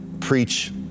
preach